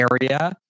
area